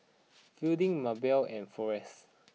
Fielding Maebelle and Forrest